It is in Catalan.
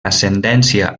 ascendència